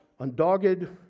undogged